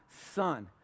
son